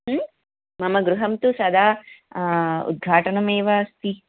मम गृहं तु सदा उद्घाटनमेव अस्ति